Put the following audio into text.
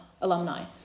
alumni